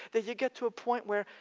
that you get to a point where,